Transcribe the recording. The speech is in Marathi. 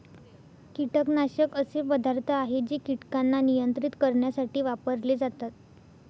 कीटकनाशक असे पदार्थ आहे जे कीटकांना नियंत्रित करण्यासाठी वापरले जातात